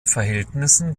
verhältnissen